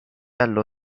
allo